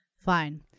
Fine